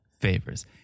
favors